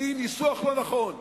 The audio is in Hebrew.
ניסוח לא נכון.